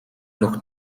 нүх